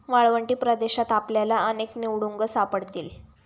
वाळवंटी प्रदेशात आपल्याला अनेक निवडुंग सापडतील